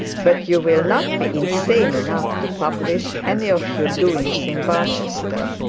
but you will not be insane enough to publish any of your doings in barchester.